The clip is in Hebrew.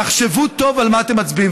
תחשבו טוב על מה אתם מצביעים.